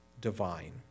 divine